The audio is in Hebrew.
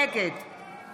נגד